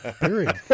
period